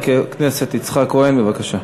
חבר הכנסת יצחק כהן, בבקשה.